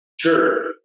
sure